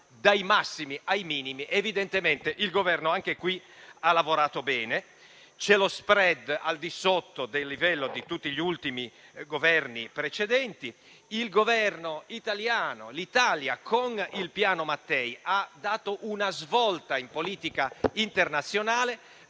dai massimi ai minimi, quindi evidentemente il Governo anche qui ha lavorato bene. Lo *spread* è al di sotto del livello di tutti gli ultimi Governi precedenti. L'Italia con il Piano Mattei ha dato una svolta in politica internazionale;